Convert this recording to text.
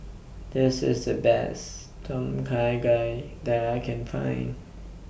This IS The Best Tom Kha Gai that I Can Find